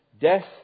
death